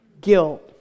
Guilt